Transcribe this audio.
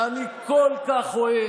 הציבור היקר הזה, שאני כל כך אוהב